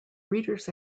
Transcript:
reader’s